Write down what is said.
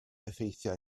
effeithiau